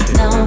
no